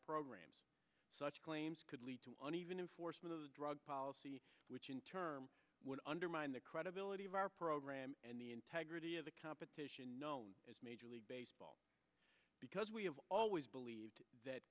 programs such claims could lead to an even enforcement of the drug policy which in turn would undermine the credibility of our program and the integrity of the competition known as major league baseball because we have always believed that